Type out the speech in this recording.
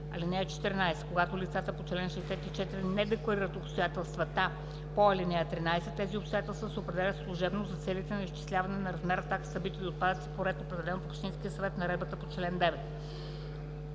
9. (14) Когато лицата по чл. 64 не декларират обстоятелствата по ал. 13, тези обстоятелства се определят служебно за целите на изчисляване на размера на таксата за битови отпадъци по ред, определен от общинския съвет в наредбата по чл. 9.